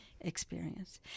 experience